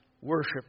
worship